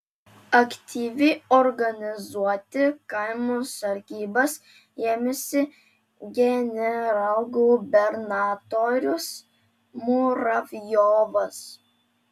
aktyviai organizuoti kaimo sargybas ėmėsi generalgubernatorius muravjovas